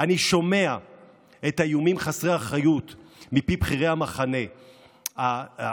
אני שומע את האיומים חסרי האחריות מפי בכירי המחנה באופוזיציה,